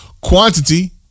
quantity